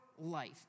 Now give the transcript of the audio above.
Life